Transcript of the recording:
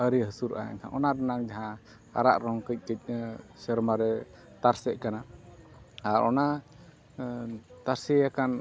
ᱟᱹᱣᱨᱤ ᱦᱟᱹᱥᱩᱨᱚᱜᱼᱟᱭ ᱮᱱᱠᱷᱟᱱ ᱚᱱᱟ ᱨᱮᱱᱟᱜ ᱡᱟᱦᱟᱸ ᱟᱨᱟᱜ ᱨᱚᱝ ᱠᱟᱹᱡ ᱠᱟᱹᱡ ᱥᱮᱨᱢᱟᱨᱮ ᱛᱟᱨᱥᱮᱜ ᱠᱟᱱᱟ ᱟᱨ ᱚᱱᱟ ᱛᱟᱨᱥᱮ ᱟᱠᱟᱱ